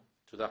תודה.